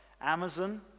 Amazon